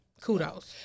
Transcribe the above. kudos